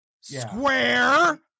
Square